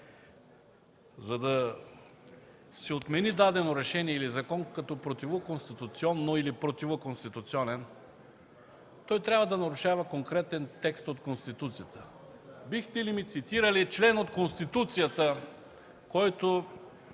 За да се отмени дадено решение или закон като противоконституционно или противоконституционен, те трябва да нарушават конкретен текст от Конституцията. Бихте ли цитирали конкретен член от Конституцията, който